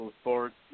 Sports